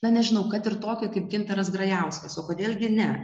na nežinau kad ir tokį kaip gintaras grajauskas o kodėl gi ne